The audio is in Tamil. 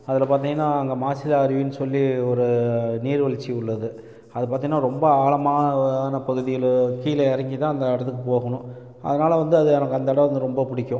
அதில் பார்த்தீங்கன்னா அங்கே மாசிலா அருவின்னு சொல்லி ஒரு நீர்வீழ்ச்சி உள்ளது அதை பார்த்தின்னா ரொம்ப ஆழமாக ஆன பகுதியில் கீழே இறங்கி தான் அந்த இடத்துக்கு போகணும் அதனால் வந்து அது எனக்கு அந்த இடம் வந்து ரொம்ப பிடிக்கும்